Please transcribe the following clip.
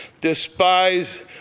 despise